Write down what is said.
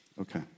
Okay